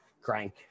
crank